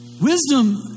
Wisdom